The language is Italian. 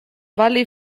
valley